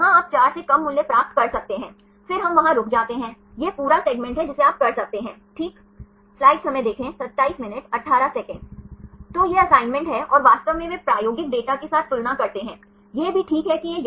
तो आप phi कोण और psi कोण की गणना कर सकते हैं और फिर हम यह सत्यापित कर सकते हैं कि अल्फा phi कोण और psi कोण इस अनुमत क्षेत्र में प्रस्तावित सीमा के भीतर हैं या नहीं